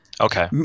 Okay